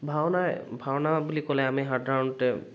ভাওনা ভাওনা বুলি ক'লে আমি সাধাৰণতে